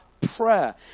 prayer